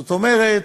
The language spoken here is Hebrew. זאת אומרת,